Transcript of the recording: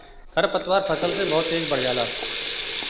खरपतवार फसल से बहुत तेज बढ़ जाला